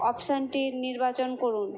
অপশনটি নির্বাচন করুন